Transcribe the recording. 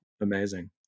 amazing